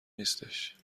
نیستش